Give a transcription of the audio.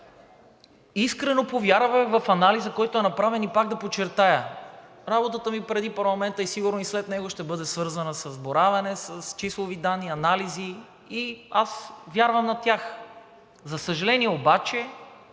искрено повярвах в анализа, който е направен. И пак да подчертая, работата ми преди парламента, и сигурно и след него, ще бъде свързана с боравене с числови данни, анализи и аз вярвам на тях. За съжаление обаче,